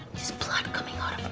this blood coming out of my.